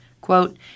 Quote